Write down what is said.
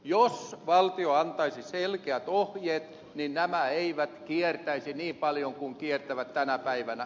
jos valtio antaisi selkeät ohjeet nämä eivät kiertäisi niin paljon kuin kiertävät tänä päivänä